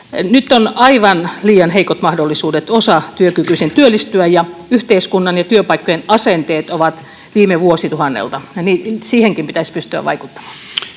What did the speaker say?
Nyt on aivan liian heikot mahdollisuudet osatyökykyisen työllistyä ja yhteiskunnan ja työpaikkojen asenteet ovat viime vuosituhannelta. Siihenkin pitäisi pystyä vaikuttamaan.